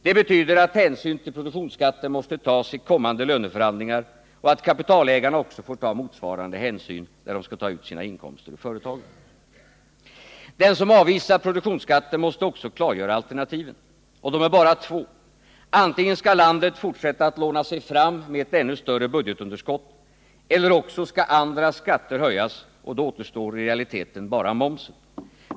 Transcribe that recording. Det betyder att hänsyn till produktionsskatten måste tas i kommande löneförhandlingar och att kapitalägarna också får ta motsvarande hänsyn när de skall ta ut sina inkomster ur företagen. Den som avvisar produktionsskatten måste också klargöra alternativen. Och de är bara två. Antingen skall landet fortsätta att låna sig fram med ett ännu större budgetunderskott. Eller också skall andra skatter höjas, och då återstår i realiteten bara momsen.